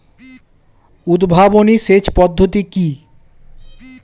উদ্ভাবনী সেচ পদ্ধতি কি?